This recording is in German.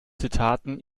zitaten